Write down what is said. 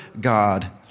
God